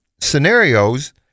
scenarios